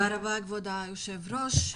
תודה רבה, כבוד היושב ראש.